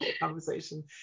Conversation